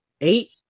eight